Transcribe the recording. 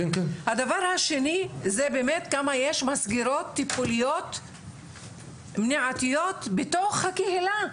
הדבר השני זה באמת כמה יש מסגרות טיפוליות בתוך הקהילה.